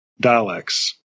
dialects